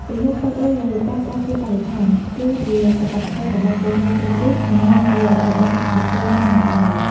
ទំនួលខុសត្រូវលើការការពារបរិស្ថាន គឺជាកាតព្វកិច្ចរបស់ពលរដ្ឋគ្រប់រូបមិនមែនជារបស់បុគ្គលណាម្នាក់ឡើយ។